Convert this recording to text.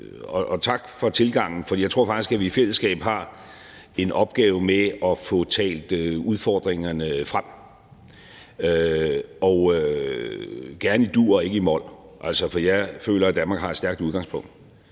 Og tak for tilgangen, for jeg tror faktisk, at vi i fællesskab har en opgave med at få talt udfordringerne frem, og gerne i dur og ikke i mol, for jeg føler, at Danmark har et stærkt udgangspunkt.